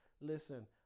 listen